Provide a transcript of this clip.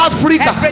Africa